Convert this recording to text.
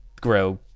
grow